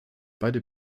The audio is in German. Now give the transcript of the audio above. beide